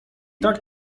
tak